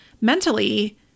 mentally